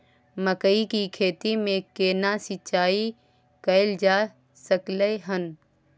मकई की खेती में केना सिंचाई कैल जा सकलय हन?